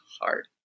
hard